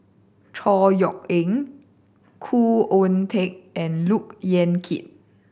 Chor Yeok Eng Khoo Oon Teik and Look Yan Kit